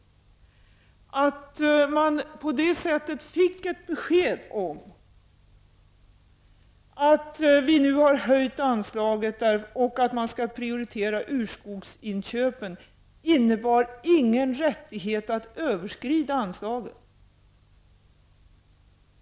Att man på det sättet fick ett besked om att vi nu har höjt anslaget och att man skall prioritera urskogsinköpen innebär ingen rättighet att överskrida anslaget.